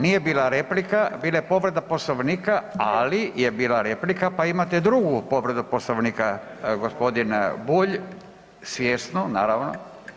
Nije bila replika, bila je povreda Poslovnika, ali je bila replika pa imate drugu povredu Poslovnika gospodin Bulj, svjesno naravno.